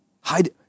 Hide